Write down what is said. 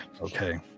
Okay